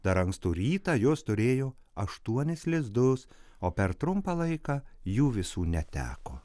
dar ankstų rytą jos turėjo aštuonis lizdus o per trumpą laiką jų visų neteko